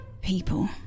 people